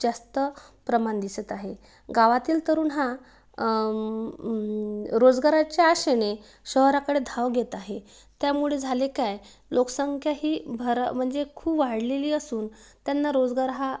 जास्त प्रमाण दिसत आहे गावातील तरुण हा रोजगाराच्या आशेने शहराकडे धाव घेत आहे त्यामुळे झाले काय लोकसंख्या ही भरा म्हणजे खूप वाढलेली असून त्यांना रोजगार हा